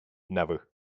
never